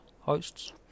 hosts